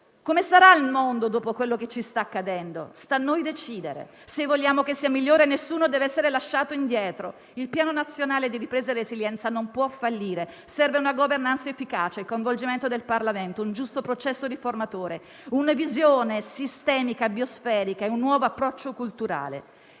Come sarà il mondo dopo quello che ci sta accadendo? Sta a noi decidere. Se vogliamo che sia migliore nessuno deve essere lasciato indietro. Il Piano nazionale di ripresa e resilienza non può fallire. Servono una *governance* efficace, il coinvolgimento del Parlamento, un giusto processo riformatore, una visione sistemica biosferica e un nuovo approccio culturale.